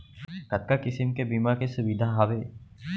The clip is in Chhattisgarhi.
कतका किसिम के बीमा के सुविधा हावे?